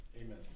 amen